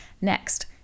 Next